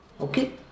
Okay